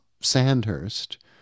Sandhurst